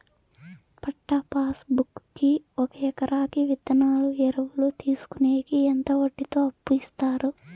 పట్టా passbook కి ఒక ఎకరాకి విత్తనాలు, ఎరువులు తీసుకొనేకి ఎంత వడ్డీతో అప్పు ఇస్తారు?